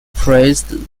praised